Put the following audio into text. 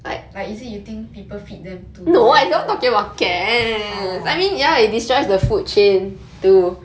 like is it you think people feed them too much orh